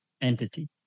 entity